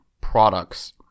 products